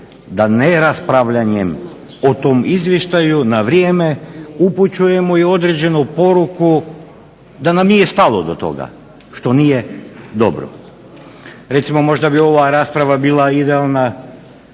da ne raspravljanjem o tom Izvješću na vrijeme, upućujemo određenu poruku da nam nije stalo do toga što nije dobro. Možda bi ova rasprava bila idealna